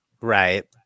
Right